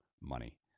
money